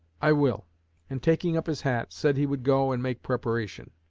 i will and taking up his hat, said he would go and make preparation.